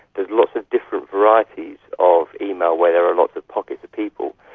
there's lots of different varieties of email where there are lots of pockets of people.